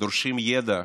דורשים ידע,